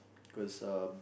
cause um